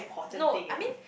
no I mean